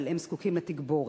אבל זקוקים לתגבורת.